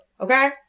okay